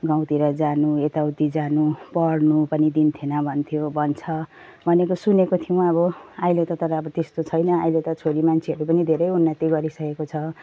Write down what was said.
गाउँतिर जानु यताउति जानु पढ्नु पनि दिन्थेन भन्थ्यो भन्छ भनेको सुनेको थियौँ अब अहिले त तर अब त्यस्तो छैन अहिले त छोरी मान्छेहरू पनि धेरै उन्नति गरिसकेको छ